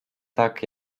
tak